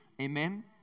Amen